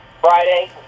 Friday